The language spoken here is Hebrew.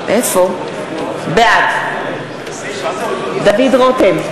בעד דוד רותם,